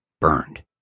burned